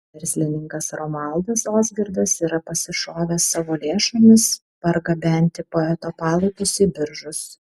verslininkas romualdas ozgirdas yra pasišovęs savo lėšomis pargabenti poeto palaikus į biržus